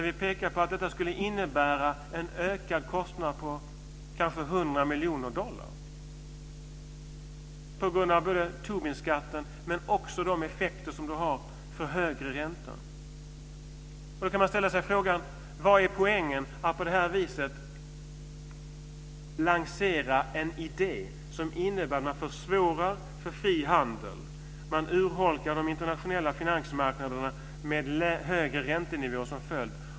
Vi pekar på att det skulle innebära en ökad kostnad på kanske 100 miljoner dollar på grund av både Tobinskatten och de effekter som följer av högre ränta. Då kan man ställa sig frågan: Vad är poängen med att på det här viset lansera en idé som innebär att man försvårar för fri handel? Man urholkar de internationella finansmarknaderna med högre räntenivåer som följd.